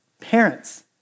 parents